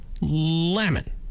lemon